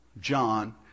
John